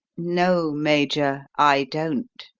no, major, i don't,